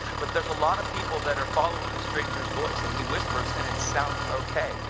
but there are a lot of people that are following the stranger's voice and he whispers, and it sounds ok.